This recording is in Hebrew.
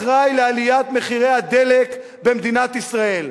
אחראי לעליית מחירי הדלק במדינת ישראל.